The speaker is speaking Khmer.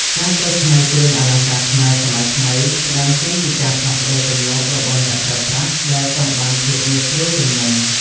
ការកែច្នៃគ្រឿងអលង្ការខ្មែរសម័យថ្មី ផ្ដើមចេញពីការផ្លាស់ប្តូរទម្លាប់របស់អ្នកប្រើប្រាស់ ដែលចង់បានភាពងាយស្រួលជាងមុន។